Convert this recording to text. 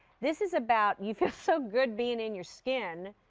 this is about you feel so good being in your skin,